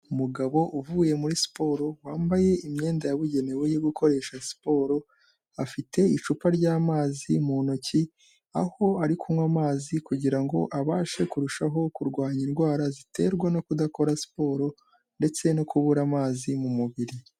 Umugabo uvuye muri siporo, wambaye imyenda yabugenewe yo gukoresha siporo, afite icupa ry'amazi mu ntoki, aho ari kunywa amazi kugira ngo ngo abashe kurushaho kurwanya indwara ziterwa no kudakora siporo, ndetse no kubura amazi mu mubiri.